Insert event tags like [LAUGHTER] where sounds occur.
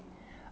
[BREATH]